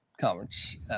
conference